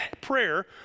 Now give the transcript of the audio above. prayer